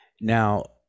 now